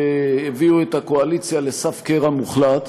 שהביאו את הקואליציה לסף קרע מוחלט.